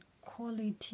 quality